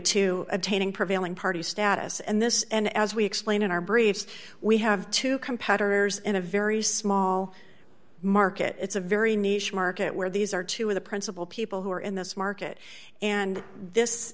to attaining prevailing party status and this and as we explained in our briefs we have two competitors in a very small market it's a very nice market where these are two of the principal people who are in this market and this